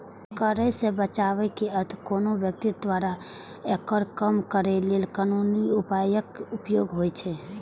कर सं बचावक अर्थ कोनो व्यक्ति द्वारा आयकर कम करै लेल कानूनी उपायक उपयोग होइ छै